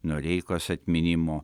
noreikos atminimo